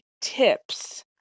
tips